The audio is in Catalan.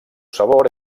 sabor